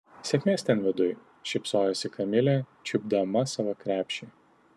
sėkmės ten viduj šypsojosi kamilė čiupdama savo krepšį